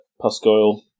Puscoil